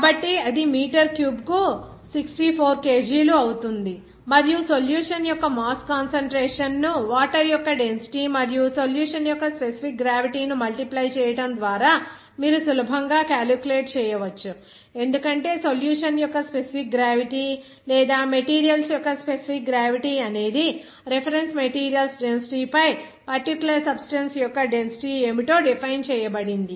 అప్పుడు అది మీటర్ క్యూబ్కు 64 kg లు అవుతుంది మరియు సొల్యూషన్ యొక్క మాస్ కాన్సంట్రేషన్ ను వాటర్ యొక్క డెన్సిటీ మరియు సొల్యూషన్ యొక్క స్పెసిఫిక్ గ్రావిటీ ను మల్టిప్లై చేయడం ద్వారా మీరు సులభంగా క్యాలిక్యులేట్ చేయవచ్చు ఎందుకంటే సొల్యూషన్ యొక్క స్పెసిఫిక్ గ్రావిటీ లేదా మెటీరియల్స్ యొక్క స్పెసిఫిక్ గ్రావిటీ అనేది రిఫరెన్స్ మెటీరియల్స్ డెన్సిటీ పై పర్టిక్యులర్ సబ్స్టెన్స్ యొక్క డెన్సిటీ ఏమిటో డిఫైన్ చేయబడింది